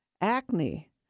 acne